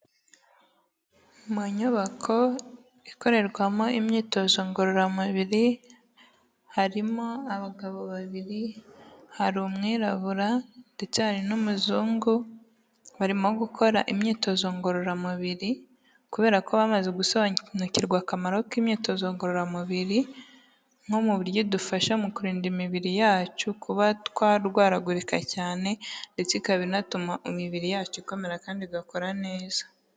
Mu nyubako ikorerwamo imyitozo ngororamubiri, harimo abagabo babiri hari umwirabura ndetse hari n'umuzungu, barimo gukora imyitozo ngororamubiri kubera ko bamaze gusobanukirwa akamaro k'imyitozo ngororamubiri nko mu buryo idufasha mu kurinda imibiri yacu kuba twarwaragurika cyane ndetse ikaba inatuma imibiri yacu ikomera kandi igakora neza.